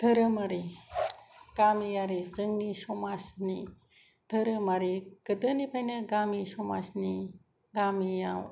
धोरोमारि गामियारि जोंनि समाजनि धोरोमारि गोदोनिफ्रायनो गामि समाजनि गामियाव दिनै